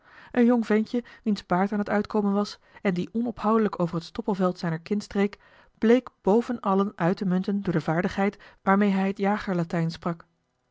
een jong ventje wiens baard aan het uitkomen was en die onophoudelijk over het stoppelveld zijner kin streek bleek boven allen uit te munten door de vaardigheid waarmee hij het jagerlatijn sprak